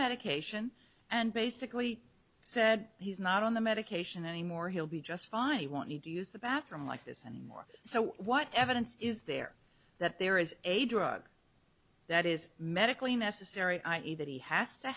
medication and basically said he's not on the medication anymore he'll be just fine he won't need to use the bathroom like this and more so what evidence is there that there is a drug that is medically necessary i e that he has to